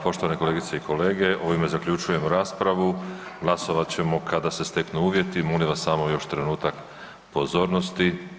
Poštovane kolegice i kolege, ovime zaključujem raspravu, glasovat ćemo kada se steknu uvjeti, molim vas samo još trenutak pozornosti.